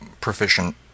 proficient